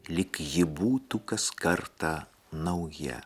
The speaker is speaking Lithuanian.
lyg ji būtų kas kartą nauja